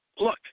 look